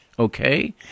okay